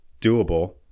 doable